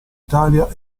italia